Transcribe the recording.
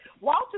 Walter